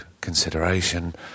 consideration